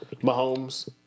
Mahomes